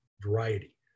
variety